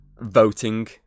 voting